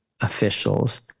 officials